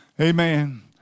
Amen